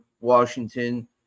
Washington